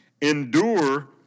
Endure